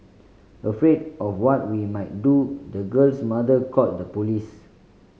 afraid of what we might do the girl's mother called the police